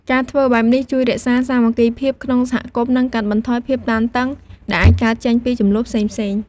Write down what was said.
ការធ្វើបែបនេះជួយរក្សាសាមគ្គីភាពក្នុងសហគមន៍ និងកាត់បន្ថយភាពតានតឹង ដែលអាចកើតចេញពីជម្លោះផ្សេងៗ។